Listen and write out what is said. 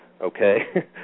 Okay